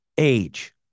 age